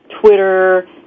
Twitter